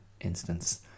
instance